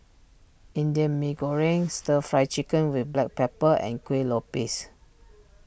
Indian Mee Goreng Stir Fry Chicken with Black Pepper and Kueh Lopes